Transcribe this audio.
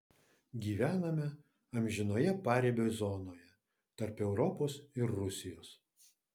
gyvename amžinoje paribio zonoje tarp europos ir rusijos